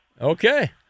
Okay